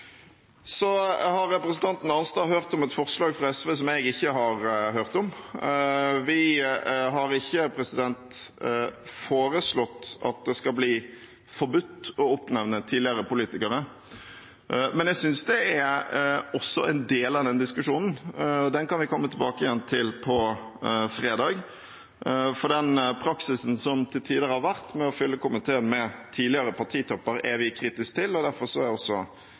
Representanten Arnstad har hørt om et forslag fra SV som jeg ikke har hørt om. Vi har ikke foreslått at det skal bli forbudt å oppnevne tidligere politikere, men jeg synes det også er en del av denne diskusjonen – den kan vi komme tilbake til på fredag – for den praksisen som til tider har vært med å fylle komiteen med tidligere partitopper, er vi kritiske til. Derfor er også